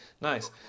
Nice